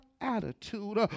attitude